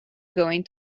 going